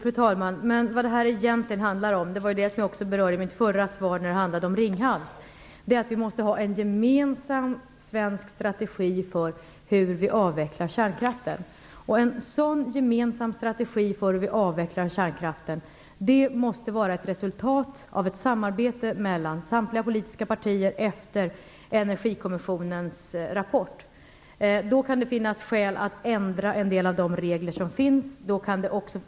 Fru talman! Vad det här egentligen handlar om, som jag också berörde i mitt förra svar som handlade om Ringhals, är att vi måste ha en gemensam svensk strategi för hur vi avvecklar kärnkraften. En sådan strategi måste vara ett resultat av ett samarbete mellan samtliga politiska partier efter Energikommissionens rapport. Då kan det finnas skäl att ändra en del av de regler som finns.